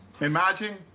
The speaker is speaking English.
Imagine